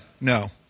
no